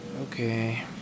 Okay